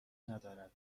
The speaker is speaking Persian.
ندارد